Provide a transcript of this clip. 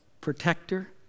protector